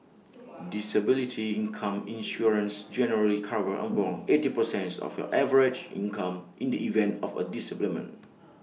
disability income insurance generally covers eighty percents of your average income in the event of A disablement